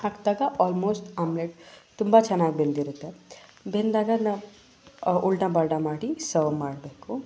ಹಾಕಿದಾಗ almost omelette ತುಂಬ ಚೆನ್ನಾಗಿ ಬೆಂದಿರುತ್ತೆ ಬೆಂದಾಗ ನಾವು ಉಲ್ಟಾ ಪಲ್ಟಾ ಮಾಡಿ ಸರ್ವ್ ಮಾಡಬೇಕು